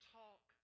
talk